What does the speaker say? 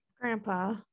Grandpa